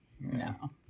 no